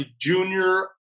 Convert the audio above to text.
junior